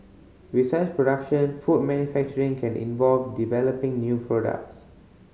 besides production food manufacturing can involve developing new products